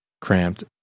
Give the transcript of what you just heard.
cramped